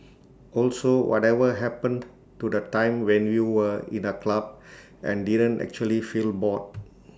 also whatever happened to the time when you were in A club and didn't actually feel bored